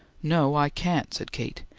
no, i can't, said kate.